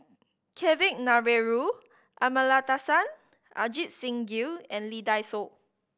Kavignareru Amallathasan Ajit Singh Gill and Lee Dai Soh